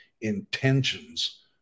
intentions